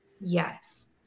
yes